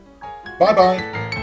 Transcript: bye-bye